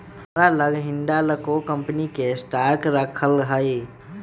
हमरा लग हिंडालको कंपनी के स्टॉक राखल हइ